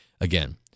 Again